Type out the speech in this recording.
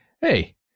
Hey